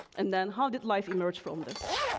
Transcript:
and then how did life emerge from this?